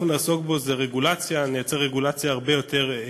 אמוניה מיוצרת מגז טבעי.